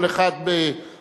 כל אחד בעניינו,